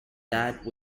that